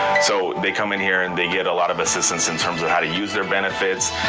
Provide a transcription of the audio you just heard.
so they come in here and they get a lot of assistance in terms of how to use their benefits.